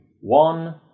one